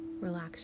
Relax